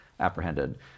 apprehended